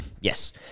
Yes